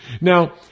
Now